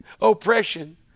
oppression